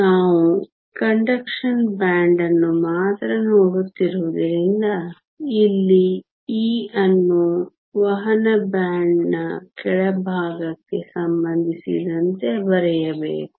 ನಾವು conduction band ಅನ್ನು ಮಾತ್ರ ನೋಡುತ್ತಿರುವುದರಿಂದ ಇಲ್ಲಿ E ಅನ್ನು ವಹನ ಬ್ಯಾಂಡ್ನ ಕೆಳಭಾಗಕ್ಕೆ ಸಂಬಂಧಿಸಿದಂತೆ ಬರೆಯಬೇಕು